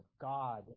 God